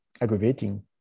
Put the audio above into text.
aggravating